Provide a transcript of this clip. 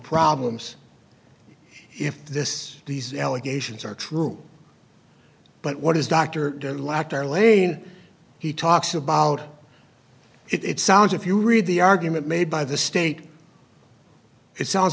problems if this these allegations are true but what is dr lakhdar lane he talks about it sounds if you read the argument made by the state it sounds